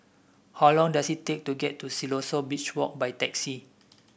how long does it take to get to Siloso Beach Walk by taxi